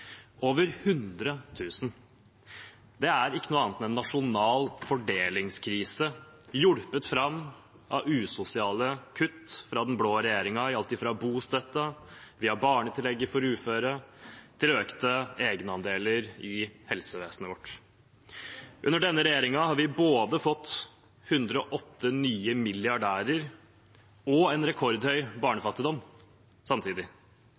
over hundre tusen, det er ikke noe annet enn en nasjonal fordelingskrise, hjulpet fram av usosiale kutt fra den blå regjeringen i alt fra bostøtten via barnetillegget for uføre til økte egenandeler i helsevesenet. Under denne regjeringen har vi fått både 108 nye milliardærer og en rekordhøy barnefattigdom – samtidig.